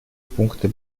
пункты